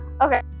Okay